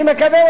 אני מקווה,